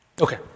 Okay